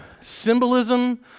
symbolism